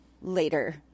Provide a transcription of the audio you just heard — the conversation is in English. later